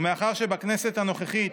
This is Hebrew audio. ומאחר שבכנסת הנוכחית